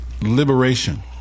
Liberation